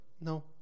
no